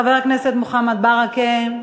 חבר הכנסת מוחמד ברכה,